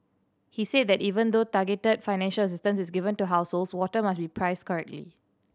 he said that even though targeted financial assistance is given to households water must be priced correctly